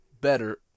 Better